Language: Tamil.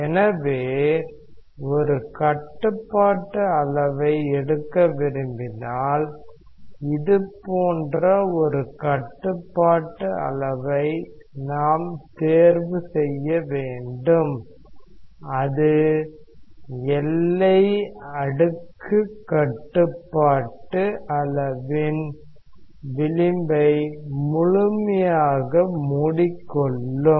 எனவே ஒரு கட்டுப்பாட்டு அளவை எடுக்க விரும்பினால் இது போன்ற ஒரு கட்டுப்பாட்டு அளவை நாம் தேர்வு செய்ய வேண்டும் அது எல்லை அடுக்கு கட்டுப்பாட்டு அளவின் விளிம்பை முழுமையாக மூடிக்கொள்ளும்